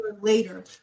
Later